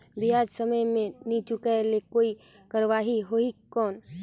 ब्याज समय मे नी चुकाय से कोई कार्रवाही होही कौन?